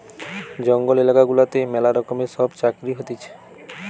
জঙ্গল এলাকা গুলাতে ম্যালা রকমের সব চাকরি হতিছে